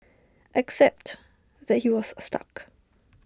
except that he was stuck